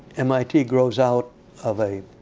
mit grows out of a